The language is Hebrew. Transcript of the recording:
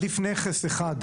עדיף נכס אחד.